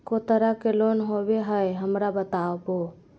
को तरह के लोन होवे हय, हमरा बताबो?